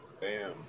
Bam